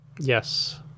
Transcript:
Yes